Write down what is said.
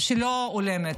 שלא הולמת.